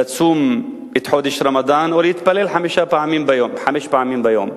לצום את חודש רמדאן או להתפלל חמש פעמים ביום.